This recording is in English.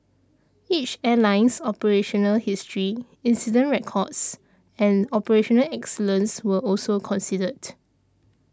each airline's operational history incident records and operational excellence were also considered